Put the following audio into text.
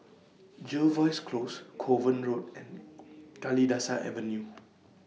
Jervois Close Kovan Road and Kalidasa Avenue